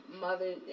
mother